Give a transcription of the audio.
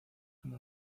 como